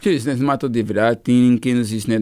čia matot dviratininkus